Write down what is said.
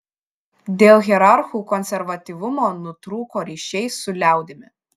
dėl hierarchų konservatyvumo nutrūko ryšiai su liaudimi